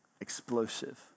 explosive